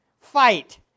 fight